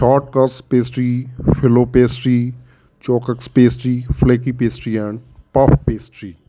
short crust pastry filo pastry choco pastry flaky pastry and puff pastry